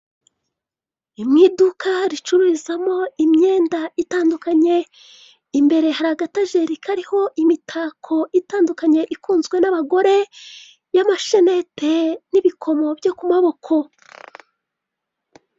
Ni mu iduka ricururizwamo imyenda itandukanye, imbere hari agatajeri kariho imitako itanduka ikunzwe n'abagore y'amashanete n'ibikomo byo ku maboko.